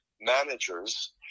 managers